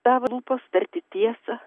tavo lūpos tarti tiesą